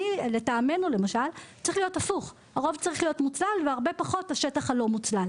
לדעתנו הרוב צריך להיות מוצל והרבה פחות השטח לא מוצל,